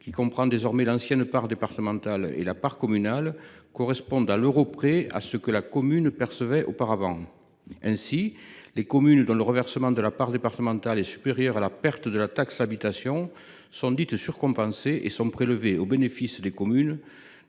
qui comprend désormais l’ancienne part départementale et la part communale, corresponde à l’euro près à ce que la commune percevait auparavant. Ainsi, en fonction d’un calcul fait par la DGFiP, les communes dont le reversement de la part départementale est supérieur à la perte de la taxe d’habitation sont dites surcompensées et sont prélevées au bénéfice des communes